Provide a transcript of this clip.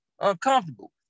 uncomfortable